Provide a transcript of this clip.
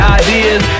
ideas